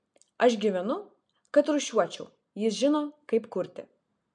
aš gyvenu kad rūšiuočiau jis žino kaip kurti